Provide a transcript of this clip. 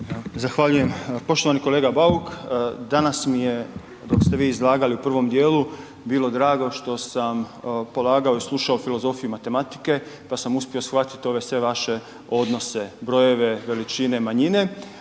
Zahvaljujem. Poštovani kolega Bauk, danas mi je dok ste vi izlagali u prvom dijelu bilo drago što sam polagao i slušao filozofiju matematike pa sam uspio shvatiti ove sve vaše odnose, brojeve, veličine, manjine